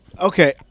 Okay